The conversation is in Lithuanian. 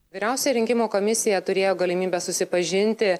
vyriausioji rinkimų komisija turėjo galimybę susipažinti